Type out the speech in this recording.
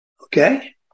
okay